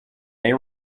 may